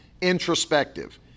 introspective